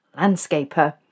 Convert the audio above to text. landscaper